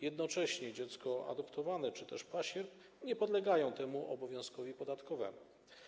Jednocześnie dziecko adoptowane czy też pasierb nie podlegają temu obowiązkowi podatkowemu.